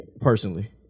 personally